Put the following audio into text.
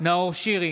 נאור שירי,